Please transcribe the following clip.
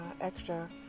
extra